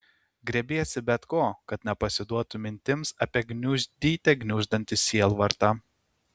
griebėsi bet ko kad nepasiduotų mintims apie gniuždyte gniuždantį sielvartą